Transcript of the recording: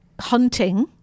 hunting